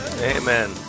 Amen